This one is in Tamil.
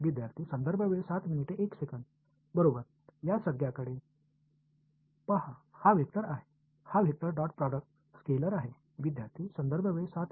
மாணவர் இந்த வெளிப்பாட்டை பாருங்கள் இது ஒரு வெக்டர் இது வெக்டர் புள்ளி தயாரிப்பு ஸ்கேலார்